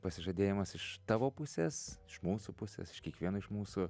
pasižadėjimas iš tavo pusės iš mūsų pusės iš kiekvieno iš mūsų